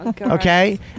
Okay